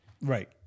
right